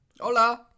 Hola